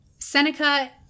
Seneca